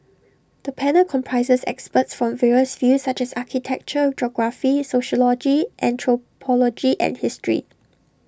the panel comprises experts from various fields such as architecture geography sociology anthropology and history